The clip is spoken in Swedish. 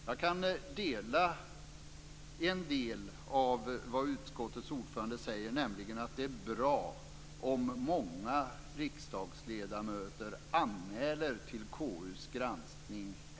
Jag kan dela en av de synpunkter utskottets ordförande har, nämligen att det är bra om många riksdagsledamöter anmäler ärenden till KU:s granskning.